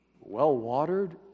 well-watered